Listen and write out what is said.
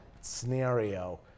scenario